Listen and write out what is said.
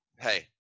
Hey